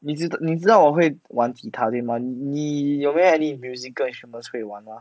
你知你知道我会玩 guitar 对吗你有没有 any musical instrument 会玩吗